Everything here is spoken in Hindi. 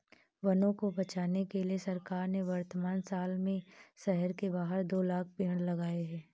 वनों को बचाने के लिए सरकार ने वर्तमान साल में शहर के बाहर दो लाख़ पेड़ लगाए हैं